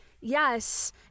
yes